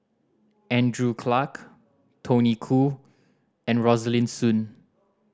Andrew Clarke Tony Khoo and Rosaline Soon